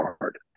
hard